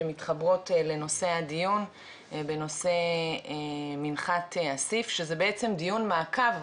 שמתחברות לנושא הדיון בנושא מנחת אסיף שזה בעצם דיון מעקב,